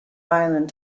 ireland